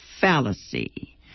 fallacy